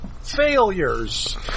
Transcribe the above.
failures